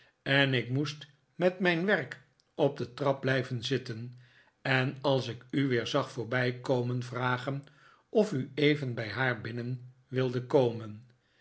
en ik moest met mijn werk op de trap blijven zitten en als ik u weer zag voorbijkomen vragen of u even bij haar binnen wilde kornen